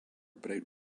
bright